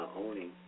owning